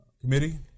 committee